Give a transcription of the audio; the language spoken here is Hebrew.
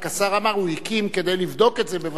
רק שהשר אמר שהוא הקים ועדה כדי לבדוק את זה.